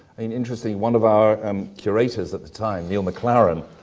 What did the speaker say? i mean, interesting. one of our um curators at the time, neil mclaren,